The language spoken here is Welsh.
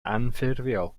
anffurfiol